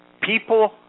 people